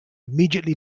immediately